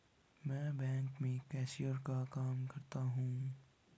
मैं बैंक में कैशियर का काम करता हूं